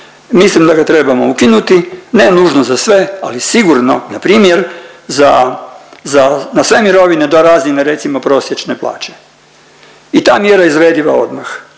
Mislim da ga trebamo ukinuti, ne nužno za sve ali sigurno npr. za, za na sve mirovine do razine recimo prosječne plaće. I ta mjera je izvediva odmah